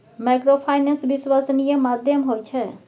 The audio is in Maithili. माइक्रोफाइनेंस विश्वासनीय माध्यम होय छै?